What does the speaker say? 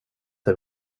den